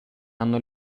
hanno